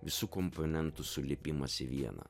visų komponentų sulipimas į vieną